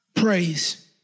praise